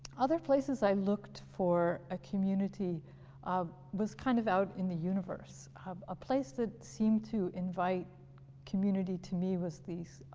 other places i looked for a community um was kind of out in the universe, a place that seemed to invite community to me was these